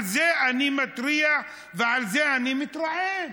על זה אני מתריע ועל זה אני מתרעם.